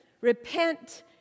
Repent